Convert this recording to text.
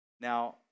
Now